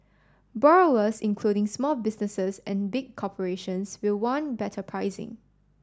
borrowers including small businesses and big corporations will want better pricing